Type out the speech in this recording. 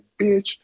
bitch